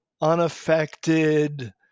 unaffected